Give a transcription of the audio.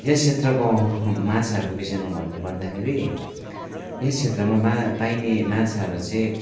यस क्षेत्रको माछाहरूको विषयमा भन्नु पर्दाखेरि यस क्षेत्रमा मा पाइने माछाहरू चाहिँ